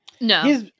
No